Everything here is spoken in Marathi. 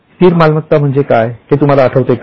स्थिर मालमत्ता म्हणजे काय हे तुम्हाला आठवते का